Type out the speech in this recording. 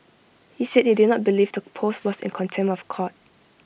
he said he did not believe the post was in contempt of court